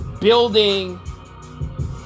building